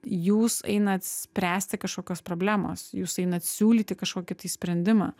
jūs einat spręsti kažkokios problemos jūs einat siūlyti kažkokį tai sprendimą